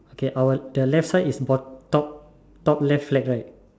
okay our the left side is bot~ top top left flag right